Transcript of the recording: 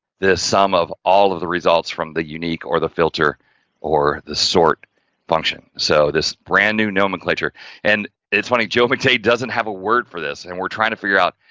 the sum of all of the results from the unique or the filter or the sort function. so, this brand new nomenclature and it's funny, joe mcdade doesn't have a word for this and we're trying to figure out,